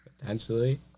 Potentially